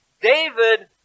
David